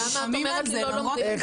למה את אומרת שלא לומדים?